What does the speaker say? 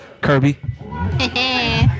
Kirby